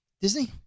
Disney